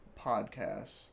podcasts